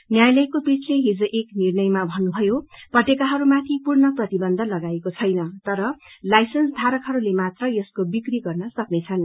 न्यायालयको पीठले हिज एक निर्णयमा भन्नुभयो पटेकाहरूमाथि पूर्ण प्रतिबन्ध लागाइने छैन तर लाइन्सेस धारकहरूले मात्र यसको विक्री गर्न सक्नेछन्